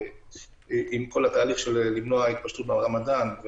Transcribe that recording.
עם כל הניסיון למנוע את ההתפשטות ברמדאן,